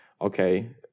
okay